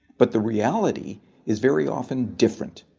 but the reality is very often different.